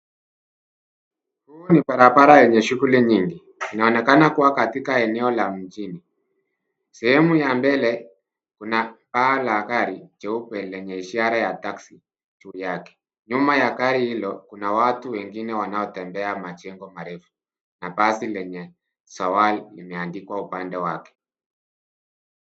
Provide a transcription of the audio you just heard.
HII ni barabara yenye shughuli nyingi, inaonekana kuwa katika eneo la mjini. Sehemu ya mbele, kuna paa la gari jeupe, lenye ishara ya Taxi, juu yake. Nyuma ya gari hilo, kuna watu wengine wanaotembea majengo marefu na basi lenye Zavlali, limeandikwa upande wake.